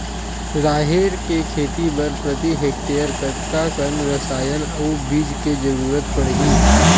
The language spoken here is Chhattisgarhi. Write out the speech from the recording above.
राहेर के खेती बर प्रति हेक्टेयर कतका कन रसायन अउ बीज के जरूरत पड़ही?